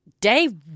day